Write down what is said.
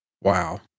Wow